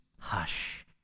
hush